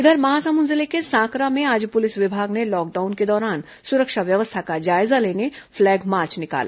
इधर महासमुंद जिले के सांकरा में आज पुलिस विभाग ने लॉकडाउन के दौरान सुरक्षा व्यवस्था का जायजा लेने पलैग मार्च निकाला